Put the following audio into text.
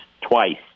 twice